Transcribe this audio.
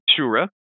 Shura